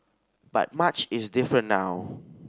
but much is different now